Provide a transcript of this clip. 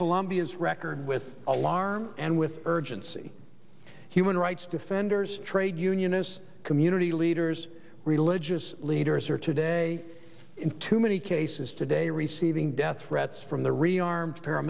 colombia's record with alarm and with urgency human rights defenders trade unionists community leaders religious leaders are today in too many cases today receiving death threats from the rearm